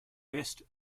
best